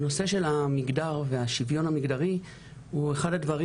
והנושא של המגדר והשוויון המגדרי הוא אחד הדברים